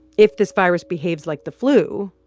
if this virus behaves like the flu,